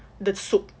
the soup